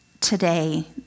today